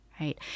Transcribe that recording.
right